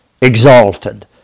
exalted